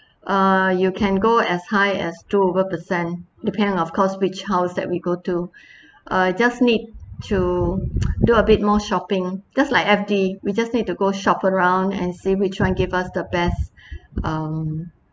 uh you can go as high as two over percent depend of course which house that we go to uh just need to do a bit more shopping just like F_D we just need to go shop around and say we try and gave us the best um